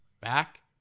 back